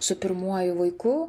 su pirmuoju vaiku